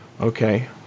Okay